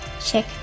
check